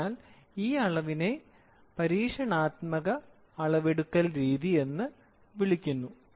അതിനാൽ ഈ അളവിനെ പരീക്ഷണാത്മക അളവെടുക്കൽ രീതി എന്ന് വിളിക്കുന്നു